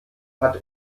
hat